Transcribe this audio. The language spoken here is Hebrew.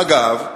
אגב,